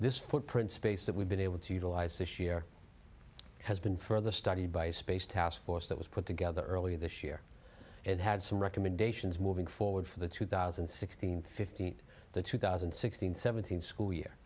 this footprint space that we've been able to utilize this year has been further study by space task force that was put together earlier this year and had some recommendations moving forward for the two thousand and sixteen fifteen the two thousand and sixteen seventeen school year